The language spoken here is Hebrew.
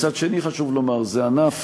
מצד שני, חשוב לומר: זה ענף